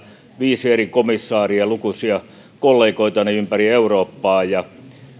viisi eri komissaaria ja lukuisia kollegoitani ympäri eurooppaa